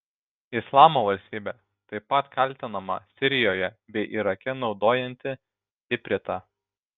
islamo valstybė taip pat kaltinama sirijoje bei irake naudojanti ipritą